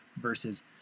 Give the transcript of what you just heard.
versus